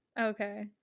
Okay